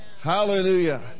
Hallelujah